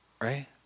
Right